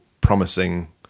promising